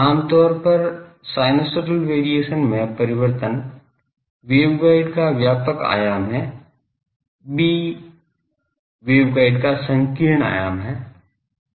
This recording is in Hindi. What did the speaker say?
आमतौर पर साइनसोइडल वेरिएशन में परिवर्तन वेवगाइड का व्यापक आयाम है b वेवगाइड का संकीर्ण आयाम है